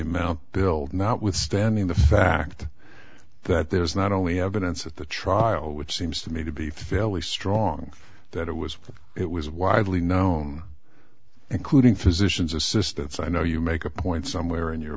amount billed notwithstanding the fact that there's not only evidence at the trial which seems to me to be fairly strong that it was it was widely known including physicians assistants i know you make a point somewhere in your